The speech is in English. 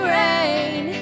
rain